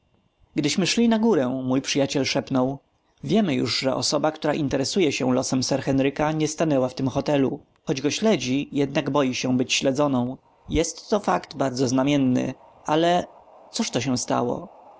pani gdyśmy szli na górę mój przyjaciel szepnął wiemy już że osoba która interesuje się losem sir henryka nie stanęła w tym hotelu choć go śledzi jednak boi się być śledzoną jest to fakt bardzo znamienny ale cóż to się stało